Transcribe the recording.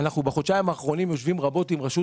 בחודשיים האחרונים אנחנו יושבים רבות עם רשות